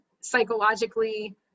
psychologically